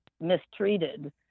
mistreated